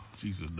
Jesus